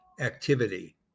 activity